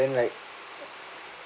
then like